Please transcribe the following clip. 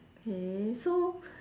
okay so